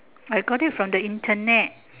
I got it from the Internet